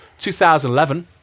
2011